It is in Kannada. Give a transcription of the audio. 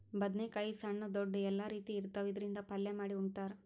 ಬದ್ನೇಕಾಯಿ ಸಣ್ಣು ದೊಡ್ದು ಎಲ್ಲಾ ರೀತಿ ಇರ್ತಾವ್, ಇದ್ರಿಂದ್ ಪಲ್ಯ ಮಾಡಿ ಉಣ್ತಾರ್